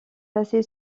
placée